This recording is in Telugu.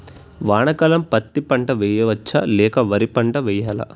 వానాకాలం పత్తి పంట వేయవచ్చ లేక వరి పంట వేయాలా?